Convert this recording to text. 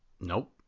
Nope